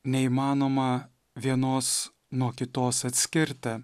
neįmanoma vienos nuo kitos atskirti